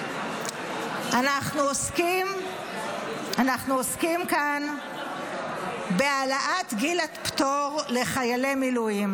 אנחנו עוסקים כאן בהעלאת גיל הפטור לחיילי מילואים.